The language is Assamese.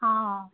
অঁ